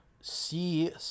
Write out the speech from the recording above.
see